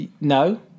no